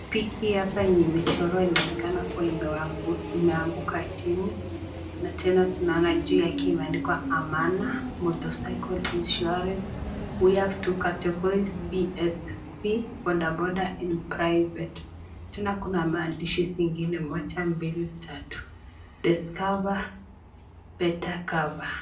Piki hapa yenye imechorwa inaonekana kuwa imewaanguka chini. Na tena tunaona juu yake imeandikwa Amana Motorcycle Insurance. We have two categories, PSV Bodaboda and Private . Tena kuna maandishi zingine moja, mbili, tatu. Discover Better Cover/cs].